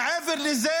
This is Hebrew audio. מעבר לזה,